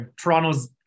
Toronto's